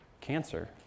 cancer